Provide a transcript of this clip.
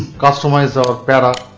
customize our para,